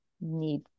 need